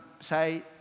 say